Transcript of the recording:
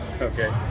Okay